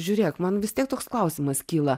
žiūrėk man vis tiek toks klausimas kyla